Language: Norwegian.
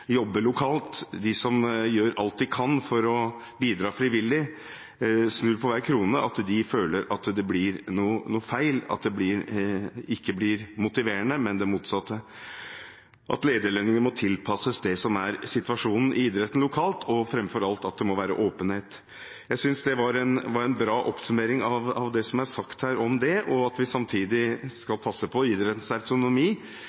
som gjør alt de kan for å bidra frivillig, og som snur på hver krone, føler at det blir noe feil, at det ikke blir motiverende, men det motsatte. Lederlønninger må tilpasses det som er situasjonen i idretten lokalt, og framfor alt må det være åpenhet. Jeg synes det var en bra oppsummering av det som er sagt her om det. Samtidig skal vi passe på idrettens autonomi og idrettens selvstyre, selvsagt, at